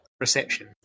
reception